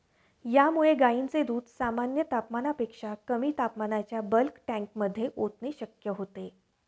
यामुळे गायींचे दूध सामान्य तापमानापेक्षा कमी तापमानाच्या बल्क टँकमध्ये ओतणे शक्य होते